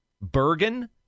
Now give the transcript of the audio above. Bergen